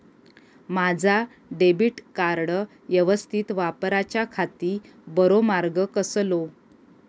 माजा debit card यवस्तीत वापराच्याखाती बरो मार्ग कसलो?